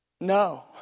no